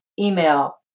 email